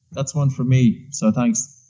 that's one for me, so thanks